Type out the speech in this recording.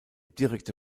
direkte